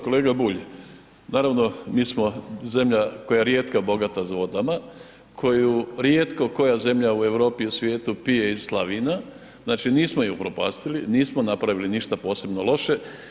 Kolega Bulj, naravno mi smo zemlja koja je rijetka bogata vodama, koju rijetko koja zemlja u Europi i svijetu pije iz slavina, znači nismo ju upropastili, nismo napravili ništa posebno loše.